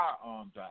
firearms